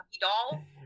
doll